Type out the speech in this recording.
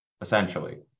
essentially